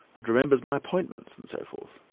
and remembers my appointments and so forth.